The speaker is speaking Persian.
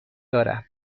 دارم